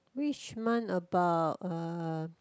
which month about uh